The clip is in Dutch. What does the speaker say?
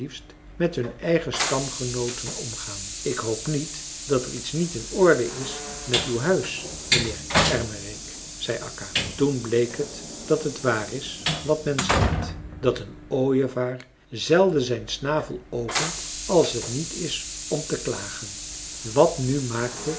met hun eigen stamgenooten omgaan ik hoop niet dat er iets niet in orde is met uw huis mijnheer ermerik zei akka toen bleek het dat t waar is wat men zegt dat een ooievaar zelden zijn snavel opent als het niet is om te klagen wat nu maakte